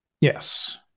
Yes